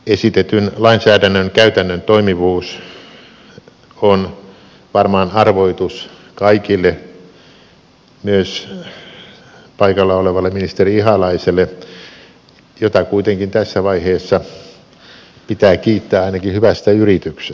esitetyn lainsäädännön käytännön toimivuus on varmaan arvoitus kaikille myös paikalla olevalle ministeri ihalaiselle jota kuitenkin tässä vaiheessa pitää kiittää ainakin hyvästä yrityksestä